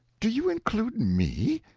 do you include me?